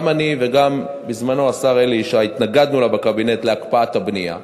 גם אני וגם בזמנו השר אלי ישי התנגדנו בקבינט להקפאת הבנייה,